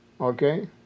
okay